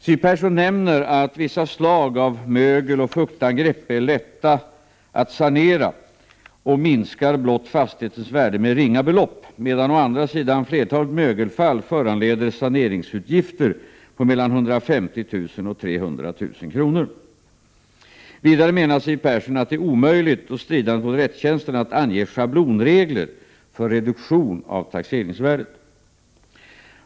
Siw Persson nämner att vissa slag av mögeloch fuktangrepp är lätta att sanera och minskar fastighetens värde blott med ringa belopp, medan å andra sidan flertalet mögelfall föranleder saneringsutgifter på mellan 150 000 och 300 000 kr. Vidare menar Siw Persson att det är omöjligt och stridande mot rättskänslan att ange schablonregler för reduktion av taxeringsvärdet.